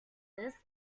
this